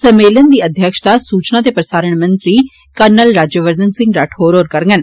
सम्मेलन दी अध्यक्षता सूचना ते प्रसारण मंत्री कर्नल राज्यवर्धन राठौर होर करगंन